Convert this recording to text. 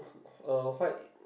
uh white